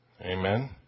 Amen